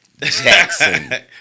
Jackson